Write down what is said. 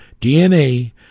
DNA